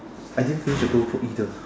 I didn't finish the keropok either